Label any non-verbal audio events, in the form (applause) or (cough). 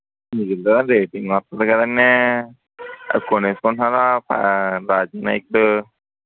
మిగిలినా rating వత్తది కదండి అవి కొనేసుకుంటున్నారు (unintelligible)